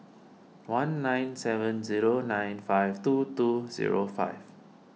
one nine seven zero nine five two two zero five